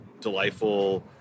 delightful